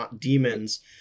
demons